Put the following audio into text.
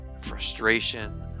frustration